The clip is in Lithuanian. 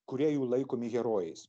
kurie jų laikomi herojais